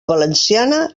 valenciana